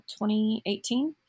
2018